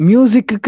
Music